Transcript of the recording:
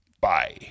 Bye